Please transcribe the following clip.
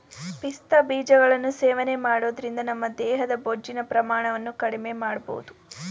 ಪಿಸ್ತಾ ಬೀಜಗಳನ್ನು ಸೇವನೆ ಮಾಡೋದ್ರಿಂದ ನಮ್ಮ ದೇಹದ ಬೊಜ್ಜಿನ ಪ್ರಮಾಣವನ್ನು ಕಡ್ಮೆಮಾಡ್ಬೋದು